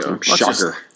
Shocker